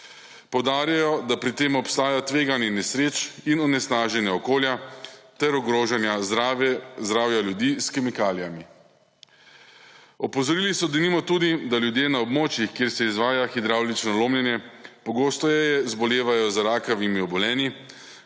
Poudarjajo, da pri tem obstajajo tveganja nesreč in onesnaženje okolja ter ogrožanje zdravja ljudi s kemikalijami. Opozorili so denimo tudi, da ljudje na območjih, kjer se izvaja hidravlično lomljenje pogosteje zbolevajo za rakavimi obolenji.